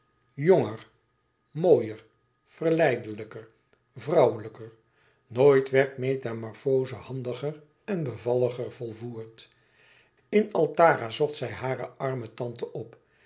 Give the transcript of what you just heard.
jonger mooier verleidelijker vrouwelijker nooit werd metamorfoze handiger en bevalliger volvoerd in altara zocht zij hare arme tante op